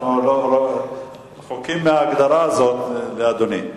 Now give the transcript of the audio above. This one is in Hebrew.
אנחנו רחוקים מההגדרה הזאת לאדוני.